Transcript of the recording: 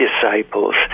disciples